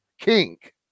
kink